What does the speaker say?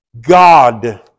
God